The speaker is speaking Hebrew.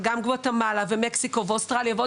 אבל גם גואטמלה ומקסיקו ואוסטרליה ועוד